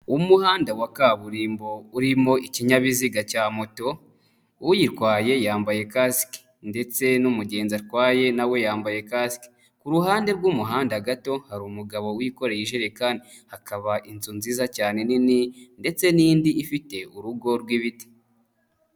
Umuhanda wa kaburimbo, urimo ikinyabiziga cya moto, uyitwaye yambaye kasike, ndetse n'umugenzi atwaye nawe yambaye kasike. Ku ruhande rw'umuhanda gato, hari umugabo wikoreye ijerekani. Hakaba inzu nziza cyane nini, ndetse n'indi ifite urugo rw'ibiti.